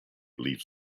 leaves